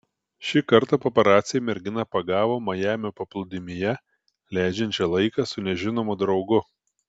šį kartą paparaciai merginą pagavo majamio paplūdimyje leidžiančią laiką su nežinomu draugu